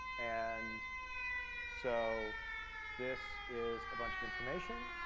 and so this is a bunch of information.